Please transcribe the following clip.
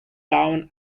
down